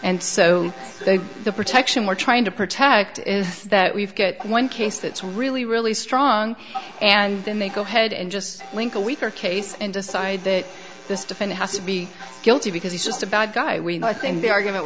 and so the protection we're trying to protect is that we've got one case that's really really strong and then they go ahead and just blink a week or a case and decide that this defendant has to be guilty because he's just a bad guy we know i think the argument